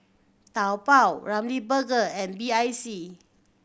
Taobao Ramly Burger and B I C